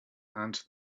and